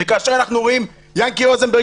ואנחנו רואים את ינקי רוזנברג,